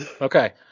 Okay